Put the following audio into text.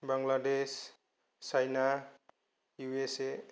Bangladesh China USA